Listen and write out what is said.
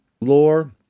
lore